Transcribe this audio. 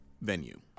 venue